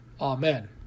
Amen